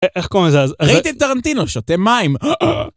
איך קוראים לזה? ראיתי טרנטינו שותה מים.